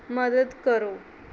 ਮਦਦ ਕਰੋ